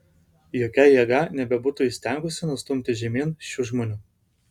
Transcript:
jokia jėga nebebūtų įstengusi nustumti žemyn šių žmonių